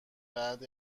بعد